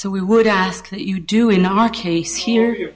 so we would ask that you do in our case here